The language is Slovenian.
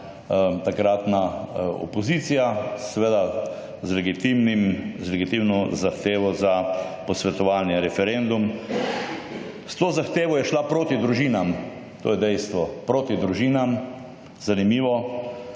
takratna opozicija, seveda, z legitimno zahtevo za posvetovalni referendum. S to zahtevo je šla proti družinam. To je dejstvo. Proti družinam. Zanimivo.